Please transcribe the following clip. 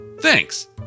Thanks